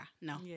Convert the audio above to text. no